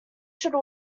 should